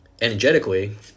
Energetically